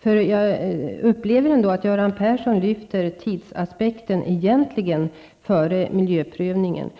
framskymtar att Göran Persson egentligen lyfter fram tidsaspekten och sätter den före miljöprövningen.